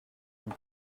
and